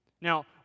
Now